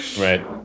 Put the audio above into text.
Right